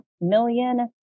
million